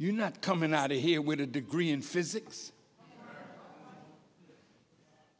you not coming out here with a degree in physics